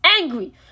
angry